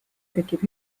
tekib